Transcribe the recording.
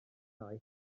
cae